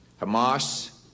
Hamas